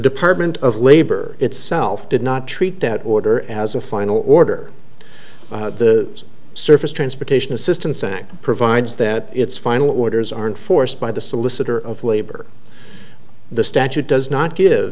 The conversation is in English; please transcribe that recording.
department of labor itself did not treat doubt order as a final order to the surface transportation assistance act provides that its final orders aren't forced by the solicitor of labor the statute does not give